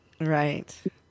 right